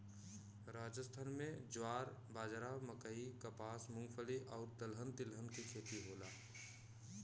राजस्थान में ज्वार, बाजरा, मकई, कपास, मूंगफली आउर दलहन तिलहन के खेती होला